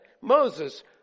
Moses